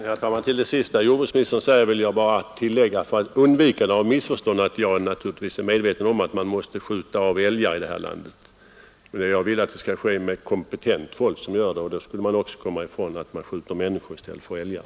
Herr talman! Till det sista jordbruksministern säger vill jag för undvikande av missförstånd bara tillägga, att jag naturligtvis är medveten om att man måste skjuta av älg i detta land. Men jag vill att kompetent folk skall göra det. Då skulle vi också komma ifrån att man skjuter människor i stället för älgar.